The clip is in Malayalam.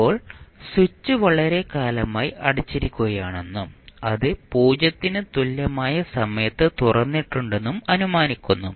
ഇപ്പോൾ സ്വിച്ച് വളരെക്കാലമായി അടച്ചിരിക്കുകയാണെന്നും അത് 0 ന് തുല്യമായ സമയത്ത് തുറന്നിട്ടുണ്ടെന്നും അനുമാനിക്കുന്നു